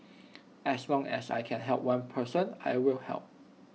as long as I can help one person I will help